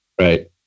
Right